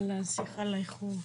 אהלן, סליחה על האיחור.